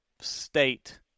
state